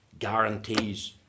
guarantees